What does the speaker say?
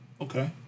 okay